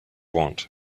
want